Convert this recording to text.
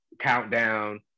countdown